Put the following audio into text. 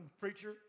preacher